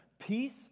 peace